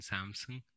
Samsung